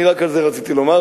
אני רק על זה רציתי לומר,